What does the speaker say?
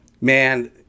man